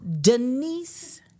Denise